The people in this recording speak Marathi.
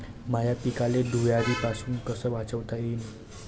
माह्या पिकाले धुयारीपासुन कस वाचवता येईन?